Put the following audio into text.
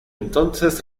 entonces